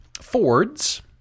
ford's